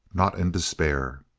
not in despair.